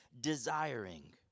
desiring